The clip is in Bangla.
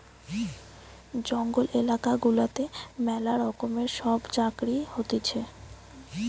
জঙ্গল এলাকা গুলাতে ম্যালা রকমের সব চাকরি হতিছে